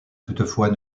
toutefois